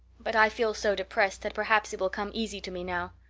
but i feel so depressed that perhaps it will come easy to me now.